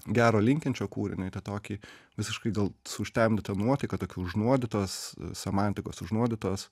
gero linkinčio kūriniui tą tokį visiškai gal užtemdyta nuotaika tokių užnuodytos semantikos užnuodytos